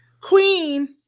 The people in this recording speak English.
Queen